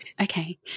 Okay